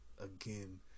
again